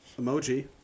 emoji